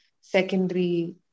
secondary